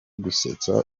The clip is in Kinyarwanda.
gusetsa